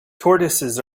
tortoises